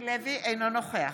אינו נוכח